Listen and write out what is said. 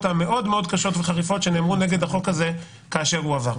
מאוד קשות וחריפות שנאמרו נגד החוק הזה כאשר הוא עבר.